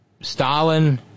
Stalin